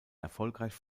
erfolgreich